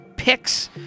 Picks